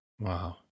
Wow